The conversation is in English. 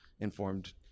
informed